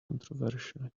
controversially